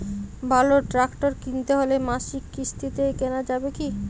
ভালো ট্রাক্টর কিনতে হলে মাসিক কিস্তিতে কেনা যাবে কি?